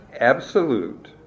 absolute